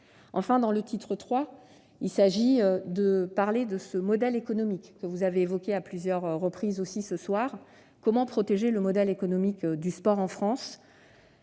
Enfin, le titre III traite du modèle économique que vous avez évoqué à plusieurs reprises ce soir. Comment protéger le modèle économique du sport en France ?